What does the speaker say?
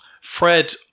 Fred